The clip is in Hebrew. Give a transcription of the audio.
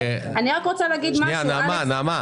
אני רק רוצה להגיד משהו אלכס,